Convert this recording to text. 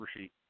sheet